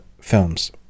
films